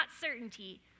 certainty